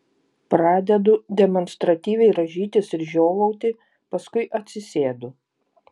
pradedu demonstratyviai rąžytis ir žiovauti paskui atsisėdu